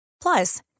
Plus